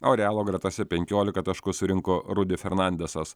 o realo gretose penkiolika taškų surinko rudi fernandesas